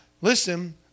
Listen